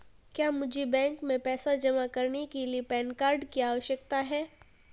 क्या मुझे बैंक में पैसा जमा करने के लिए पैन कार्ड की आवश्यकता है?